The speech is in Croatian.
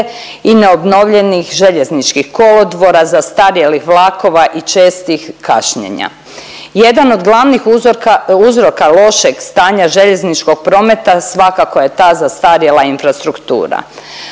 i neobnovljenih željezničkih kolodvora, zastarjelih vlakova i čestih kašnjenja. Jedan od glavnih uzroka lošeg stanja željezničkog prometa svakako je ta zastarjela infrastruktura.